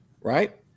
Right